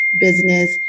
business